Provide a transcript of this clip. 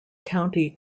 county